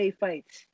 fights